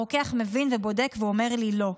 הרוקח מבין ובודק ואומר לי: לא.